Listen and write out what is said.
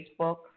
Facebook